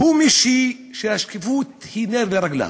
הוא מישהו שהשקיפות היא נר לרגליו,